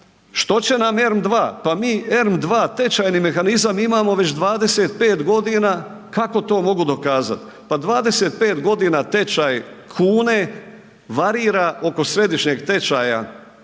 što će nam ERM II? Pa mi ERM II tečajni mehanizam imamo već 25 godina. Kako to mogu dokazat? Pa 25 godina tečaj kune varira oko središnjeg tečaja